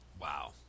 wow